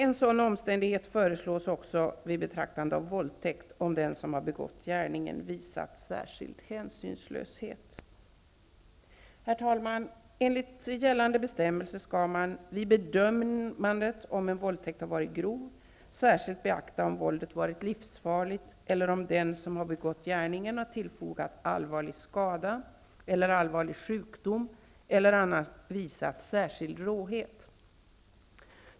En sådan omständighet föreslås även vid betraktande av våldtäkt vara om den som begått gärningen visat särskild hänsynslöshet. Herr talman! Enligt gällande bestämmelse skall man, vid bedömandet av om en våldtäkt varit grov, särskilt beakta om våldet varit livsfarligt eller om den som har begått gärningen har tillfogat offret allvarlig skada eller allvarlig sjukdom eller annars visat särskild råhet.